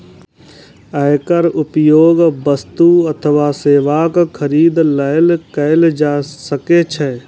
एकर उपयोग वस्तु अथवा सेवाक खरीद लेल कैल जा सकै छै